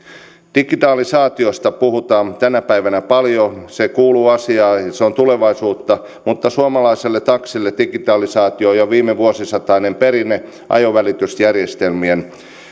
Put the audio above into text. digitalisaatiosta puhutaan tänä päivänä paljon se kuuluu asiaan ja se on tulevaisuutta mutta suomalaiselle taksille digitalisaatio on jo viimevuosisatainen perinne ajovälitysjärjestelmien